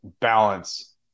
balance